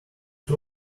two